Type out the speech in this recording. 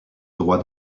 droit